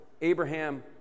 Abraham